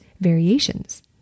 variations